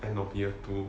end of year two